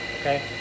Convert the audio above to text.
okay